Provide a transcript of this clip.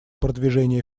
продвижение